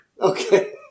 okay